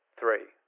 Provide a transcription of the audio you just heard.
three